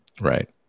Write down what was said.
Right